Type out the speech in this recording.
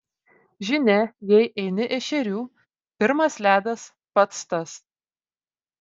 žinia jei eini ešerių pirmas ledas pats tas